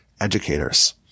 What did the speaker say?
educators